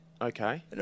Okay